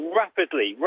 rapidly